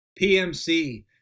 PMC